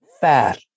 fat